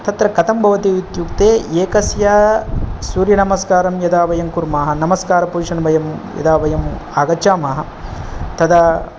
तत्र कथं भवतीत्युक्ते एकस्य सूर्यनमस्कारं यदा वयं कुर्मः नमस्कार पोसिशन् यदा वयं आगच्छामः तदा